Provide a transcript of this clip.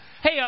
Hey